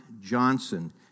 Johnson